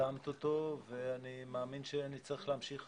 שיזמת אותו ואני מאמין שנצטרך להמשיך